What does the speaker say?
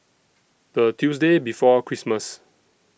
The Tuesday before Christmas